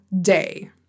day